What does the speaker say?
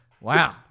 Wow